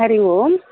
Hari Om